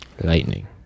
lightning